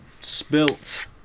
spilt